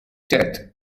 death